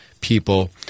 people